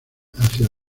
hacia